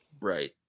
Right